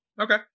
Okay